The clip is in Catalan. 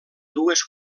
dues